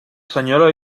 senyora